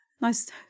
Nice